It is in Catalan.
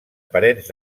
parets